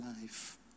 life